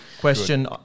question